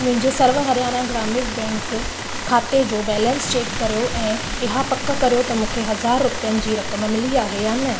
मुंहिंजे सर्व हरयाणा ग्रामीण बैंक खाते जो बैलेंस चेक कयो ऐं इहा पक कयो त मूंखे हज़ार रुपियनि जी रक़म मिली आहे या न